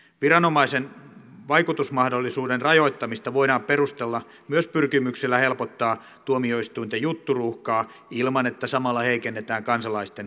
viranomaisen vaikutusmahdollisuuden rajoittamista voidaan perustella myös pyrkimyksellä helpottaa tuomioistuinten jutturuuhkaa ilman että samalla heikennetään kansalaisten oikeusturvaa